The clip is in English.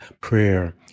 prayer